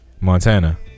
montana